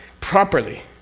properly,